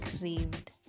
craved